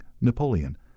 Napoleon